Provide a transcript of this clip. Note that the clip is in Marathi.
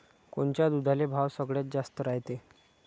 कोनच्या दुधाले भाव सगळ्यात जास्त रायते?